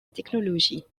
technologie